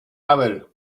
avel